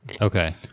Okay